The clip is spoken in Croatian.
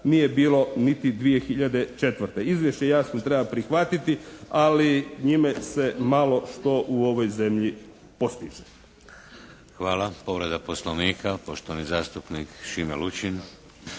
nije bilo niti 2004. Izvješće jasno treba prihvatiti, ali njime se malo što u ovoj zemlji postiže.